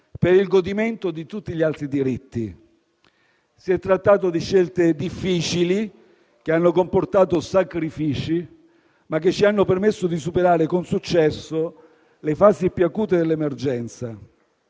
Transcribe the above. per il godimento di tutti gli altri diritti. Si è trattato di scelte difficili, che hanno comportato sacrifici, ma che ci hanno permesso di superare con successo le fasi più acute dell'emergenza.